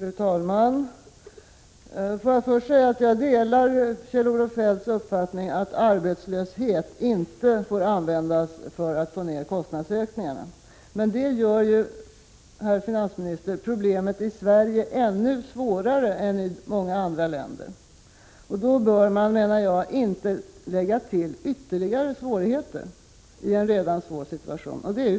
Fru talman! Får jag först säga att jag delar Kjell-Olof Feldts uppfattning att arbetslöshet inte får användas för att få ned kostnadsökningarna, men detta gör ju, herr finansminister, problemet i Sverige svårare än i många andra länder. Man bör, enligt min mening, inte skapa ytterligare svårigheter, eftersom situationen redan nu är svår. Men detta gör